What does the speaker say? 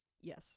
Yes